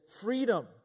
freedom